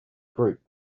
group